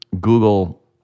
Google